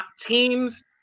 teams